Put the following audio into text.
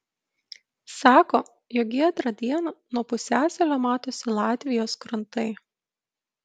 sako jog giedrą dieną nuo pusiasalio matosi latvijos krantai